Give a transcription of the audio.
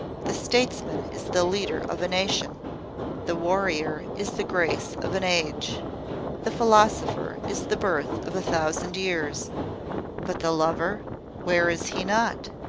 the statesman is the leader of a nation the warrior is the grace of an age the philosopher is the birth of a thousand years but the lover where is he not?